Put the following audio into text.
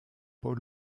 paul